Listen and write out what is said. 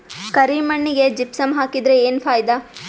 ಕರಿ ಮಣ್ಣಿಗೆ ಜಿಪ್ಸಮ್ ಹಾಕಿದರೆ ಏನ್ ಫಾಯಿದಾ?